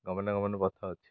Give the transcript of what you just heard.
ଗମନାଗମନ ପଥ ଅଛି